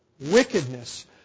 Wickedness